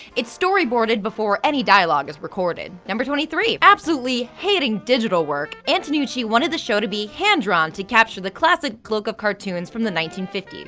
it's storyboarded before any dialogue is recorded. number twenty three. absolutely hating digital work, antonucci wanted the show to be hand drawn to capture the classic look of cartoons from the fifty s.